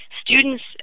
Students